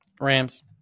Rams